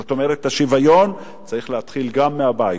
זאת אומרת, השוויון צריך להתחיל גם מהבית.